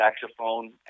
saxophone